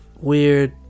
weird